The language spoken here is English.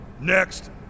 Next